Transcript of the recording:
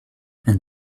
and